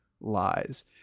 Lies